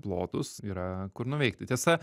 plotus yra kur nuveikti tiesa